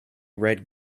red